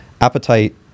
appetite